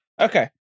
Okay